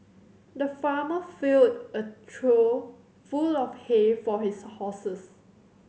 the farmer filled a trough full of hay for his horses